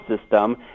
system